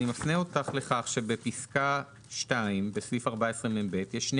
אני מפנה אותך לכך שבפסקה (2) בסעיף 14מב יש שני